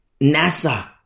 NASA